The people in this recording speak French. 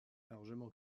largement